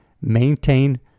maintain